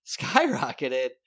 skyrocketed